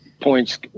points